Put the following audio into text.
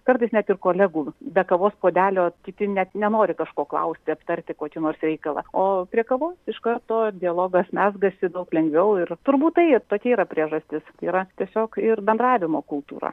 kartais net ir kolegų be kavos puodelio kiti net nenori kažko klausti aptarti kokį nors reikalą o prie kavos iš karto dialogas mezgasi daug lengviau ir turbūt tai tokia yra priežastis tai yra tiesiog ir bendravimo kultūra